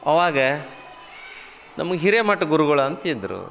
ಆವಾಗ ನಮಗೆ ಹಿರೇಮಠ್ ಗುರುಗಳು ಅಂತಿದ್ದರು